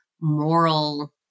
moral